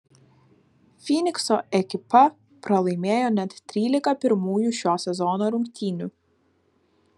fynikso ekipa pralaimėjo net trylika pirmųjų šio sezono rungtynių